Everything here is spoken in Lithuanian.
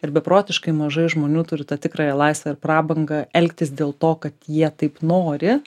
ir beprotiškai mažai žmonių turi tą tikrąją laisvę ir prabangą elgtis dėl to kad jie taip nori